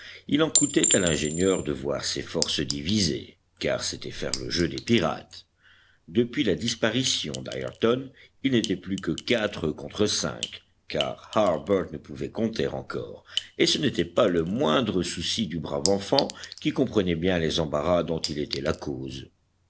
il en coûtait à l'ingénieur de voir ses forces divisées car c'était faire le jeu des pirates depuis la disparition d'ayrton ils n'étaient plus que quatre contre cinq car harbert ne pouvait compter encore et ce n'était pas le moindre souci du brave enfant qui comprenait bien les embarras dont il était la cause